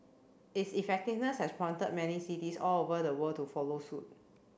its effectiveness has prompted many cities all over the world to follow suit